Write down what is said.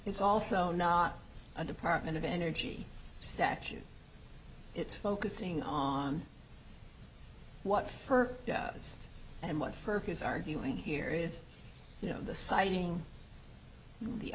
it's also not a department of energy statute it's focusing on what for yes and one purpose arguing here is you know the siting the